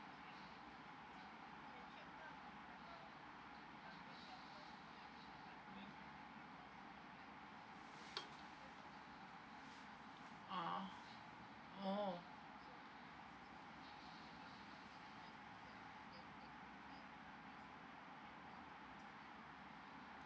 ah oh